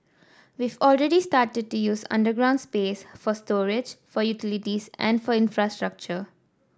we've already started to use underground space for storage for utilities and for infrastructure